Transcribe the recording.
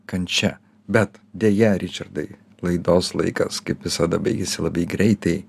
kančia bet deja ričardai laidos laikas kaip visada baigiasi labai greitai